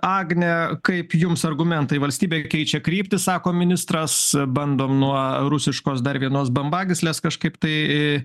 agne kaip jums argumentai valstybė keičia kryptį sako ministras bandom nuo rusiškos dar vienos bambagyslės kažkaip tai